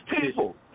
people